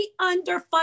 underfunded